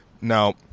Now